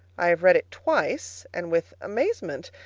i have read it twice, and with amazement.